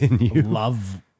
love